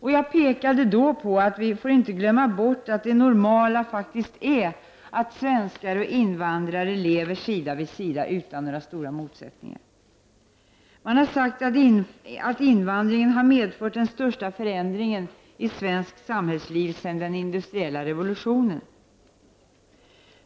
Jag pekade då på att vi inte får glömma bort att det normala faktiskt är att svenskar och invandrare lever sida vid sida utan några stora motsättningar. Man har sagt att invandringen har medfört den största förändringen av svenskt samhällsliv sedan den industriella revolutionen.